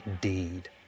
deed